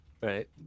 right